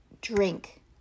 Drink